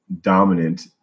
dominant